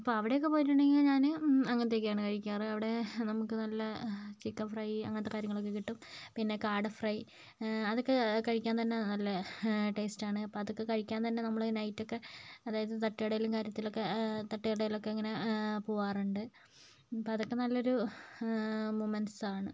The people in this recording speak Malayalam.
ഇപ്പോൾ അവിടെയൊക്കെ പോയിട്ടുണ്ടെങ്കിൽ ഞാൻ അങ്ങനത്തെയൊക്കെയാണ് കഴിക്കാറ് അവിടെ നമുക്ക് നല്ല ചിക്കൻ ഫ്രൈ അങ്ങനത്തെ കാര്യങ്ങളൊക്കെ കിട്ടും പിന്നെ കാട ഫ്രൈ അതൊക്കെ കഴിക്കാൻ തന്നെ നല്ല ടേസ്റ്റാണ് അപ്പോൾ അതൊക്കെ കഴിക്കാൻ തന്നെ നമ്മൾ നൈറ്റ് ഒക്കെ അതായത് തട്ട്കടയിലും കാര്യത്തിലൊക്കെ തട്ട്കടയിലൊക്കെ ഇങ്ങനെ പോകാറുണ്ട് അപ്പോൾ അതൊക്കെ നല്ലൊരു മൊമെൻറ്റ്സാണ്